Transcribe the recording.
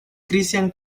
christian